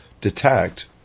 detect